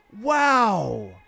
Wow